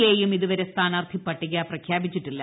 എയും ഇതുവരെ സ്ഥാനാർത്ഥി പട്ടിക പ്രഖ്യാപിച്ചിട്ടില്ല